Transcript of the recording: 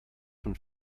von